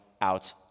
out